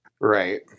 Right